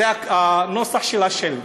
זה הנוסח של השלט: